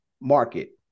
market